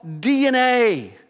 DNA